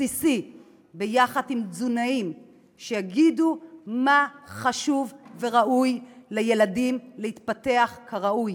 בסיסי ביחד עם תזונאים שיגידו מה חשוב וראוי לילדים כדי להתפתח כראוי.